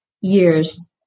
years